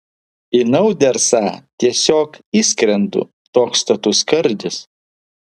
į naudersą tiesiog įskrendu toks status skardis